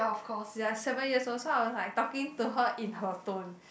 ya seven years old so I was like talking to her in her tone